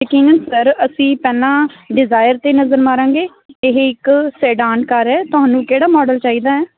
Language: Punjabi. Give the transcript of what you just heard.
ਯਕੀਨਨ ਸਰ ਅਸੀਂ ਪਹਿਲਾਂ ਡਿਜਾਇਰ 'ਤੇ ਨਜ਼ਰ ਮਾਰਾਂਗੇ ਇਹ ਇੱਕ ਸੈਡਾਨ ਕਾਰ ਹੈ ਤੁਹਾਨੂੰ ਕਿਹੜਾ ਮਾਡਲ ਚਾਹੀਦਾ ਹੈ